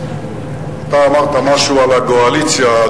אתה אמרת משהו על הגועליציה,